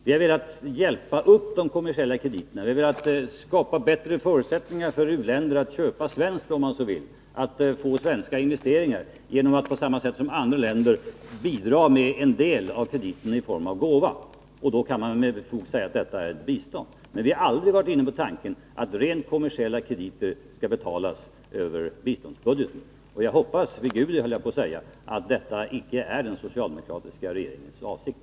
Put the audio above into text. Vi har velat hjälpa upp de kommersiella krediterna, vi har velat skapa bättre förutsättningar för u-länder att köpa svenskt, om man så vill, och att få svenska investeringar genom att på samma sätt som andra länder bidra med en del av krediten i form av gåva. Då kan man med fog säga att det är ett bistånd. Men vi har aldrig varit inne på tanken att rent kommersiella krediter skall betalas över biståndsbudgeten. Jag hoppas — vid Gudi, höll jag på att säga — att detta icke är den socialdemokratiska regeringens avsikt.